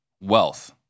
wealth